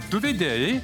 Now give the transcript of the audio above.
du vedėjai